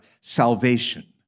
salvation